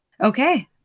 okay